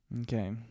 Okay